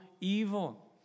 evil